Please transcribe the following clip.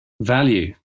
value